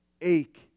ache